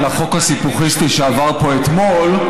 על החוק הסיפוחיסטי שעבר פה אתמול,